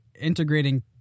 integrating